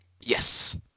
yes